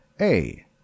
A-